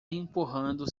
empurrando